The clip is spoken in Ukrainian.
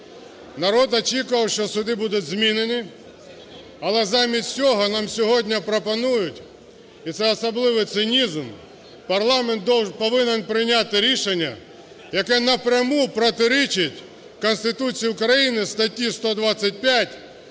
Народ очікував, що суди будуть змінені, але замість цього нам сьогодні пропонують, і це особливий цинізм, парламент повинен прийняти рішення, яке напряму протирічить Конституції України статті 125,